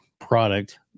product